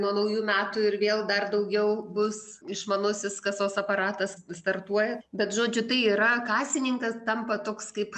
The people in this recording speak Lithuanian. nuo naujų metų ir vėl dar daugiau bus išmanusis kasos aparatas startuoja bet žodžiu tai yra kasininkas tampa toks kaip